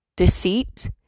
deceit